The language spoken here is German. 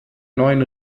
neuen